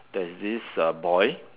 there's this uh boy